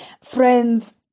Friends